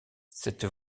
cette